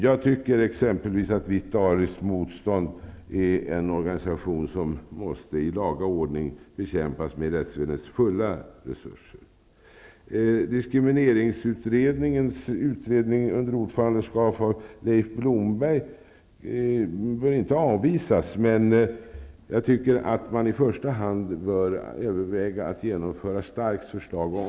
Jag tycker exempelvis att Vitt ariskt motstånd är en organisation som i laga ordning måste bekämpas med rättsväsendets fulla resurser. Diskrimineringsutredningens utredning, under ordförandeskap av Leif Blomberg, bör inte avvisas, men jag tycker att man i första hand bör överväga att genomföra Starks förslag.